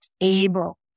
able